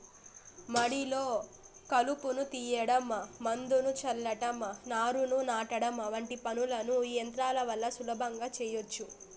మడిలో కలుపును తీయడం, మందును చల్లటం, నారును నాటడం వంటి పనులను ఈ యంత్రాల వల్ల సులభంగా చేయచ్చు